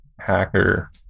hacker